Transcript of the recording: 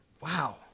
Wow